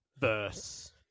verse